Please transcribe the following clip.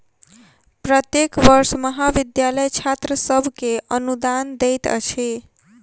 प्रत्येक वर्ष महाविद्यालय छात्र सभ के अनुदान दैत अछि